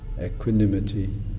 equanimity